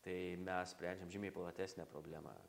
tai mes sprendžiam žymiai platesnę problemą